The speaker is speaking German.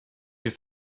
wir